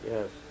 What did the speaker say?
Yes